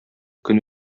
көн